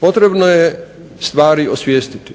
potrebno je stvari osvijestiti